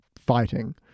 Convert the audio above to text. fighting